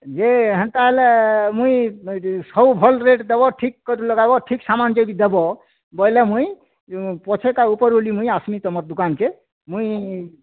ଯେ ହେନ୍ତା ହେଲେ ମୁଇଁ ସବୁ ଭଲ୍ ରେଟ୍ ଦେବ ଠିକ୍ କରି ଲଗାଇବ ଠିକ୍ ସାମାନ୍ ଯଦି ଦେବ ବୋଇଲେ ମୁଇଁ ପଛେ ତା' ଉପରଓଳି ଆସିବି ମୁଇଁ ତୁମର୍ ଦୁକାନ୍କେ ମୁଇଁ